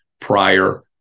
prior